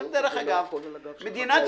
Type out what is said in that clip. ברור שזה לא הכול על הגב של החקלאים.